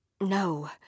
No